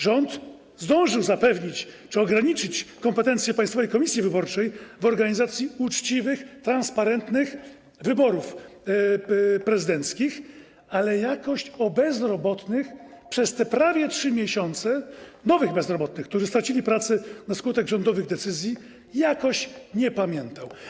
Rząd zdążył zapewnić czy ograniczyć kompetencje Państwowej Komisji Wyborczej w organizacji uczciwych, transparentnych wyborów prezydenckich, ale przez te prawie 3 miesiące o bezrobotnych, nowych bezrobotnych, którzy stracili pracę na skutek rządowych decyzji, jakoś nie pamiętał.